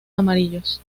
amarillos